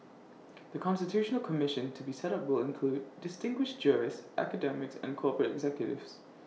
the constitutional commission to be set up will include distinguished jurists academics and corporate executives